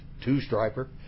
two-striper